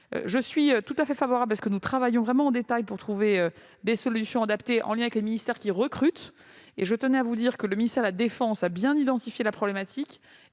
Je suis tout à fait favorable à ce que nous travaillions vraiment en détail pour trouver des solutions adaptées, en lien avec les ministères qui recrutent. Je tiens à vous dire que le ministère de la défense a bien identifié la problématique